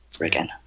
again